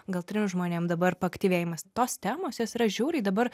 gal trim žmonėm dabar paaktyvėjimas tos temos jos yra žiauriai dabar